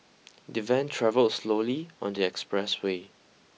the van travelled slowly on the expressway